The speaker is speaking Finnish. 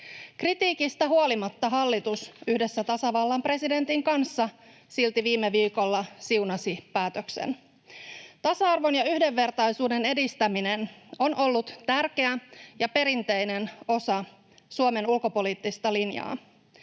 Kritiikistä huolimatta hallitus yhdessä tasavallan presidentin kanssa silti viime viikolla siunasi päätöksen. Tasa-arvon ja yhdenvertaisuuden edistäminen on ollut tärkeä ja perinteinen osa Suomen ulkopoliittista linjaa.